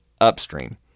upstream